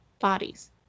bodies